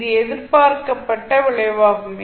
இது எதிர்பார்க்கப்பட்ட விளைவாகும்